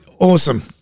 awesome